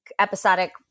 episodic